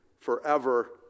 forever